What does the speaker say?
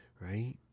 right